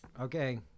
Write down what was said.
Okay